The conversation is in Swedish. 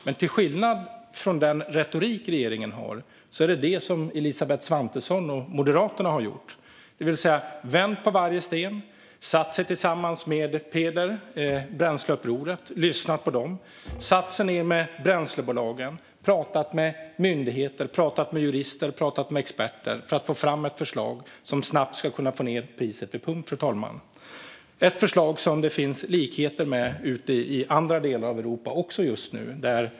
Men till skillnad från regeringen och dess retorik har Elisabeth Svantesson och Moderaterna gjort detta, det vill säga vänt på varje sten, satt sig tillsammans med Peder och Bränsleupproret och lyssnat på dem, satt sig ned med bränslebolagen och även pratat med myndigheter, jurister och experter för att få fram ett förslag som snabbt ska kunna få ned priset vid pump. Det är ett förslag som har likheter med dem som finns i andra delar av Europa just nu.